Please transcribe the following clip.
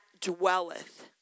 dwelleth